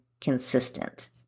consistent